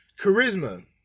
Charisma